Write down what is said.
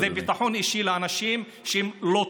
זה ביטחון אישי לאנשים שהם לא טובים.